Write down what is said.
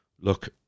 look